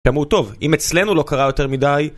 אמרו טוב, אם אצלנו לא קרה יותר מדי...